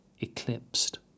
eclipsed